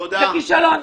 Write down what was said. זה כישלון.